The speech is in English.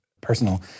personal